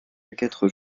quatre